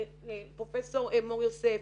פרופסור מור יוסף,